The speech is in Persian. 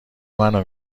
منو